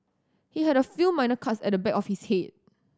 he had a few minor cuts at the back of his head